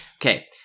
Okay